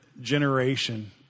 generation